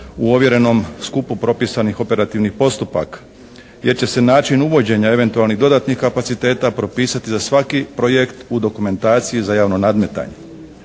u ovjerenom skupu propisanih operativnih postupaka jer će se način uvođenja eventualnih dodatnih kapaciteta propisati za svaki projekt u dokumentaciji za javno nadmetanje.